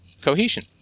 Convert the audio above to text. cohesion